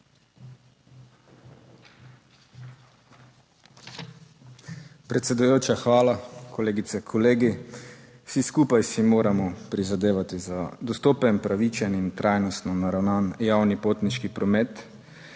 Predsedujoča, hvala. Kolegice, kolegi! Vsi skupaj si moramo prizadevati za dostopen, pravičen in trajnostno naravnan javni potniški promet,